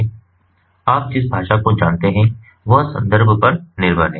भाषा प्रसंस्करण उदाहरण हो सकते हैं आप जिस भाषा को जानते हैं वह संदर्भ पर निर्भर है